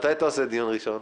מתי אתה מקיים דיון ראשון?